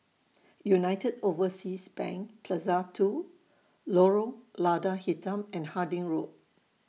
United Overseas Bank Plaza two Lorong Lada Hitam and Harding Road